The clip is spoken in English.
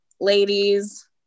ladies